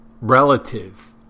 relative